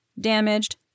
damaged